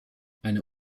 eine